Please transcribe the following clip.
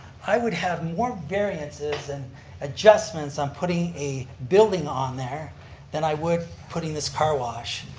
i would have more variances and adjustments on putting a building on there than i would putting this car wash.